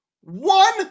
One